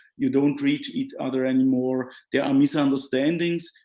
you don't reach each other anymore. there are misunderstandings,